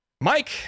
Mike